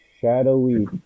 shadowy